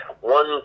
one